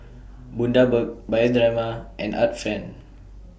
Bundaberg Bioderma and Art Friend